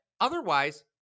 otherwise